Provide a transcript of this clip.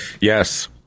Yes